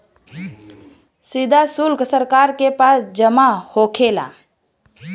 सीधा सुल्क सरकार के पास जमा होखेला